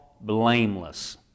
blameless